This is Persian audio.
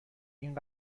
این